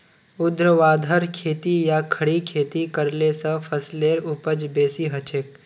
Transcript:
ऊर्ध्वाधर खेती या खड़ी खेती करले स फसलेर उपज बेसी हछेक